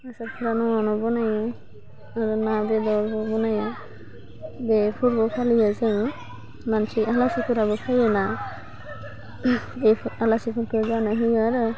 आसारफोरा न'आवनो बनायो आरो ना बेदरबो बनायो बे फोरबो फालियो जोङो मानसि हारसाफोराबो फैयो ना बेफोर आलासिफोरखौ जानो होयो आरो